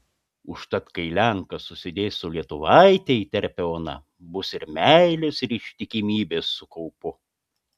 užtat kai lenkas susidės su lietuvaite įterpia ona bus ir meilės ir ištikimybės su kaupu